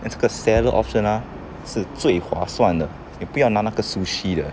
这个 salad option ah 是最划算的妳不要拿那个 sushi 的